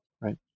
right